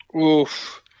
Oof